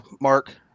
Mark